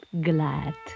glad